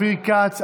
אופיר כץ,